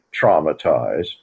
traumatized